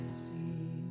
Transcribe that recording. see